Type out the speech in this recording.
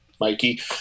Mikey